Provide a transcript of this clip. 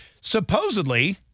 supposedly